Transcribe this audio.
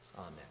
Amen